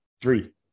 three